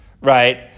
right